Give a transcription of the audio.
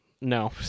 no